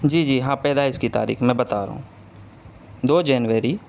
جی جی ہاں پیدائش کی تاریخ میں بتا رہا ہوں دو جنوری